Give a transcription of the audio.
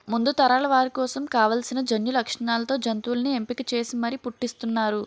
ముందు తరాల వారి కోసం కావాల్సిన జన్యులక్షణాలతో జంతువుల్ని ఎంపిక చేసి మరీ పుట్టిస్తున్నారు